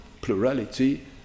plurality